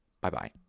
bye-bye